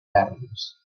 ferms